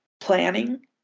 planning